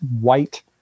white